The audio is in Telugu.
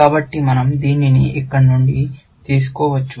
కాబట్టి మన০ దీనిని ఇక్కడ నుండి తీసుకోవచ్చు